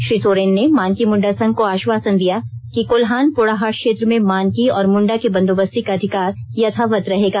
श्री सोरेन ने मानकी मुंडा संघ को आश्वासन दिया कि कोल्हान पोडाहाट क्षेत्र में मानकी और मुंडा के बंदोबस्ती का अधिकार यथावत रहेगा